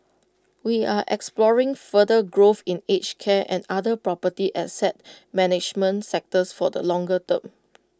we are exploring further growth in aged care and other property asset management sectors for the longer term